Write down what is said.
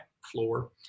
floor